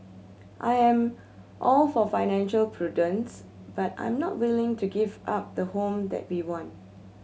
I am all for financial prudence but I'm not willing to give up the home that we want